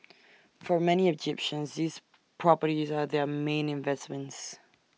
for many Egyptians these properties are their main investments